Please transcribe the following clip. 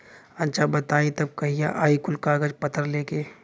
अच्छा बताई तब कहिया आई कुल कागज पतर लेके?